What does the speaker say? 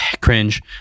cringe